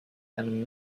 einem